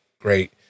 Great